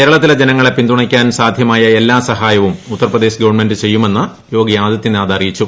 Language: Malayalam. കേരളത്തിലെ ജനങ്ങളെ പിൻതുണയ്ക്കാൻ സാദ്ധ്യമായ എല്ലാ സഹായവും ഉത്തർപ്രദേശ് ഗവൺമെന്റ് ചെയ്യുമെന്ന് യോഗി ആദിത്യനാഥ് അറിയിച്ചു